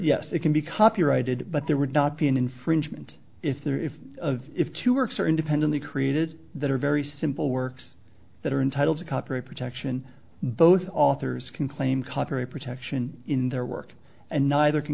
yes it can be copyrighted but there would not be an infringement if the two works are independently created that are very simple works that are entitled to copyright protection both authors can claim copyright protection in their work and neither can